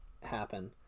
happen